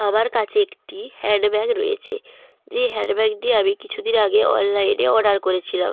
আমার কাছে একটি হ্যান্ডব্যাগ রয়েছে যে হ্যান্ডব্যাগটি আমি কিছু দিন আগে অনলাইনে অর্ডার করেছিলাম